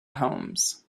poems